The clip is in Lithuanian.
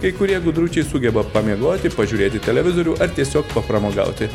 kai kurie gudručiai sugeba pamiegoti pažiūrėti televizorių ar tiesiog papramogauti